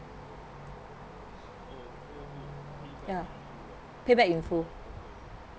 ya pay back in full